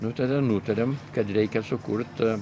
nu tada nutarėm kad reikia sukurt